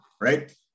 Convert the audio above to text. right